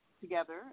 together